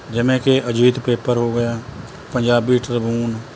ਜਿਵੇਂ ਕਿ ਅਜੀਤ ਪੇਪਰ ਹੋ ਗਿਆ ਪੰਜਾਬੀ ਟਰਬੂਨ